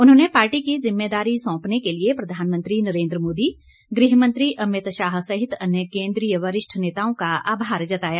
उन्होंने पार्टी की जिम्मेदारी सौंपने के लिए प्रधानमंत्री नरेन्द्र मोदी गृह मंत्री अमितशाह सहित अन्य केंद्रीय वरिष्ठ नेताओं का आभार जताया